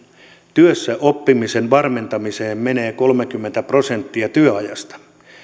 työssäoppimisen varmentamiseen menee kolmekymmentä prosenttia työajasta